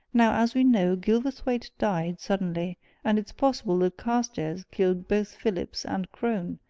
now, as we know, gilverthwaite died, suddenly and it's possible that carstairs killed both phillips and crone,